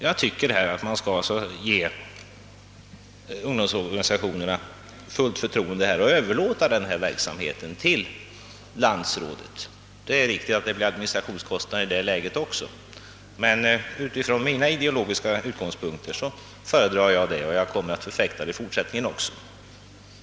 Jag anser att ungdomsorganisationerna bör ges fullt förtroende och att ledningen av verksamheten bör anförtros åt Sveriges ungdomsorganisationers landsråd. Det blir naturligtvis även då administrationskostnader, men med mina ideologiska utgångspunkter föredrar jag en sådan anordning och jag kommer att förfäkta den meningen även i fortsättningen.